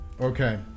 Okay